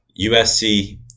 USC